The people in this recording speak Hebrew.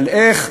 אבל איך,